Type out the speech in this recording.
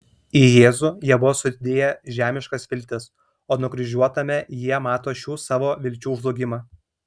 į jėzų jie buvo sudėję žemiškas viltis o nukryžiuotame jie mato šių savo vilčių žlugimą